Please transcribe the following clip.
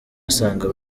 asanga